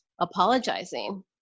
apologizing